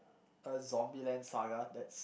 uh Zombieland-Saga that's